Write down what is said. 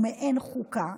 הוא מעין חוקה,